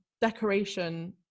decoration